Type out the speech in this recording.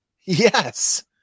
yes